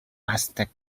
aztec